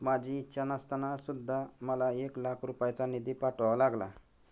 माझी इच्छा नसताना सुद्धा मला एक लाख रुपयांचा निधी पाठवावा लागला